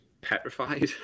petrified